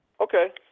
Okay